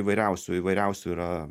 įvairiausių įvairiausių yra